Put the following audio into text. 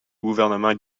gouvernement